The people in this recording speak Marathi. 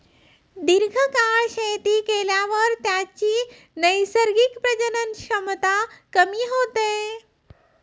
दीर्घकाळ शेती केल्यावर त्याची नैसर्गिक प्रजनन क्षमता कमी होते